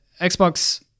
Xbox